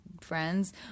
friends